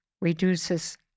reduces